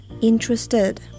interested